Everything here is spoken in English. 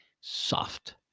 soft